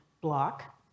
block